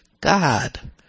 God